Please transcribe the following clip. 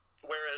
whereas